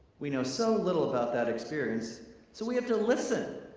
we know so little about that experience so we have to listen!